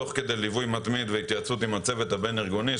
תוך כדי ליווי מתמיד והתייעצות עם הצוות הבין-ארגוני,